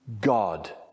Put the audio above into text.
God